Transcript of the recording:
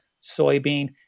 soybean